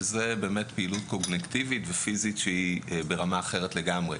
שזו פעילות קוגניטיבית ופיזית שהיא ברמה אחרת לגמרי.